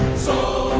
so